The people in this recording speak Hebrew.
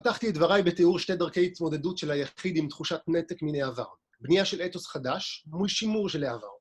פתחתי את דבריי בתיאור שתי דרכי התמודדות של היחיד עם תחושת נתק מן העבר. בנייה של אתוס חדש מול שימור של העבר.